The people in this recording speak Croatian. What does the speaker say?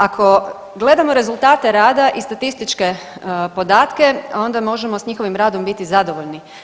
Ako gledamo rezultate rada i statističke podatke, onda možemo s njihovim radom biti zadovoljni.